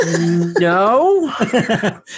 no